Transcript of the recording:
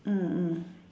ah ah